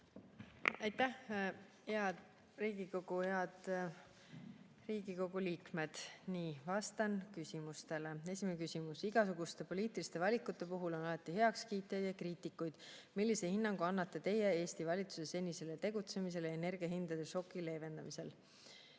Aitäh! Head Riigikogu liikmed! Nii, vastan küsimustele. Esimene küsimus: "Igasuguste poliitiliste valikute puhul on alati heakskiitjaid ja kriitikuid. Millise hinnangu annate Teie Eesti valitsuse senisele tegutsemisele energiahindade šoki leevendamisel?"